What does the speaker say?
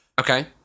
Okay